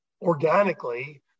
organically